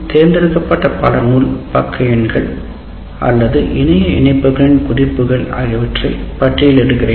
தேர்ந்தெடுக்கப்பட்ட பாடநூல் பக்க எண்கள் அல்லது இணைய இணைப்புகளின் குறிப்புகள் ஆகியவற்றை பட்டியலிடுகிறேன்